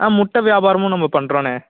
ஆ முட்டை வியாபாரமும் நம்ம பண்ணுறோண்ணே